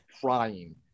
crying